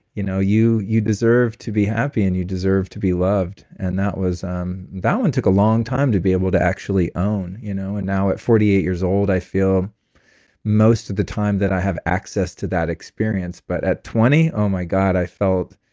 you know you you deserve to be happy, and you deserve to be loved. and that um one took a long time to be able to actually own, you know and now at forty eight years old, i feel most of the time that i have access to that experience, but at twenty, oh my god, i felt.